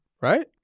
right